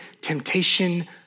temptation